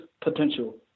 potential